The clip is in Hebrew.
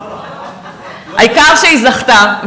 העיקר שהיא זכתה,